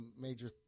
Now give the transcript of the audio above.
major